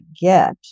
get